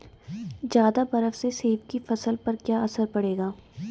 ज़्यादा बर्फ से सेब की फसल पर क्या असर पड़ेगा?